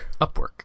Upwork